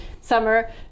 summer